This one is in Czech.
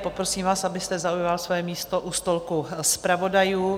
Poprosím vás, abyste zaujal své místo u stolku zpravodajů.